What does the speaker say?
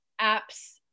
apps